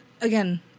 again